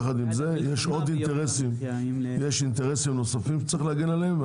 יחד עם זה יש עוד אינטרסים נוספים שצריך להגן עליהם,